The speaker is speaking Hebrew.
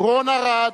רון ארד,